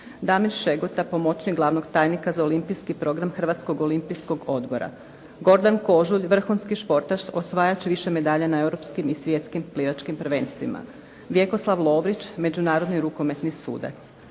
Damir Šegota, pomoćnik glavnog tajnika za olimpijski program Hrvatskog olimpijskog odbora, Gordan Kožulj, vrhunski športaš, osvajač više medalja na europskim i svjetskim plivačkim prvenstvima, Vjekoslav Lovrić, međunarodni rukometni sudac,